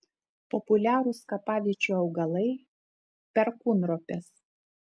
populiarūs kapaviečių augalai perkūnropės